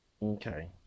Okay